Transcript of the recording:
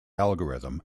algorithm